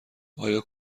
آیا